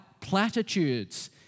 platitudes